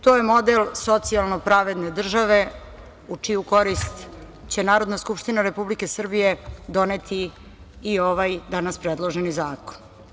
To je model socijalno pravedne države u čiju korist će Narodna skupština Republike Srbije doneti i ovaj danas predloženi zakon.